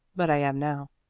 but i am now.